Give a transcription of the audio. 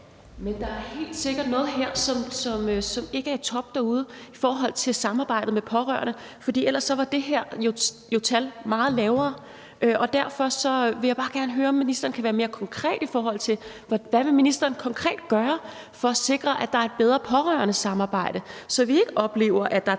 Men der er helt sikkert noget her, som ikke er i top derude i forhold til samarbejdet med de pårørende, for ellers var det her tal jo meget lavere. Derfor vil jeg bare gerne høre, om ministeren kan være mere konkret, i forhold til hvad ministeren vil gøre for at sikre, at der er et bedre pårørendesamarbejde, så vi ikke oplever, at der er